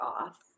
off